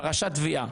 פרשת תביעה.